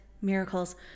miracles